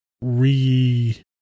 re